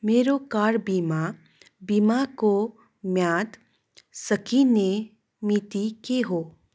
मेरो कार बिमा बिमाको म्याद सकिने मिति के हो